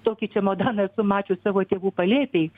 tokį čemodaną esu mačius savo tėvų palėpėj